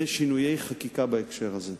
בשינויי חקיקה בהקשר הזה.